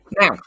Now